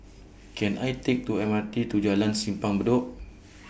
Can I Take to M R T to Jalan Simpang Bedok